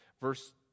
Verse